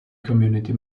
community